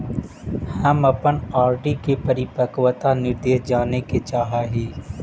हम अपन आर.डी के परिपक्वता निर्देश जाने के चाह ही